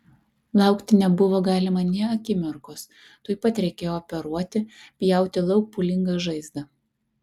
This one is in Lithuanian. laukti nebuvo galima nė akimirkos tuoj pat reikėjo operuoti pjauti lauk pūlingą žaizdą